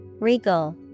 Regal